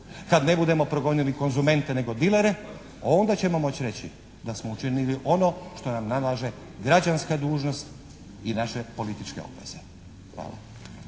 kad ne budemo progonili konzumente nego dilere onda ćemo moći reći da smo učinili ono što nam nalaže građanska dužnost i naše političke obveze. Hvala.